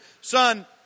Son